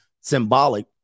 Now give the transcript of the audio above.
symbolic